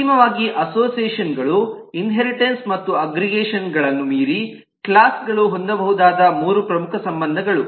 ಅಂತಿಮವಾಗಿ ಅಸೋಸಿಯೇಷನ್ ಗಳು ಇನ್ಹೇರಿಟೆನ್ಸ್ ಮತ್ತು ಅಗ್ರಿಗೇಷನ್ ಗಳನ್ನು ಮೀರಿ ಕ್ಲಾಸ್ ಗಳು ಹೊಂದಬಹುದಾದ ಮೂರು ಪ್ರಮುಖ ಸಂಬಂಧಗಳಾಗಿದೆ